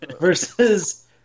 versus